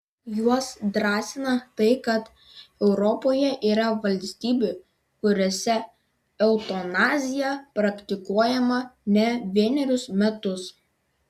juos drąsina tai kad europoje yra valstybių kuriose eutanazija praktikuojama ne vienerius metus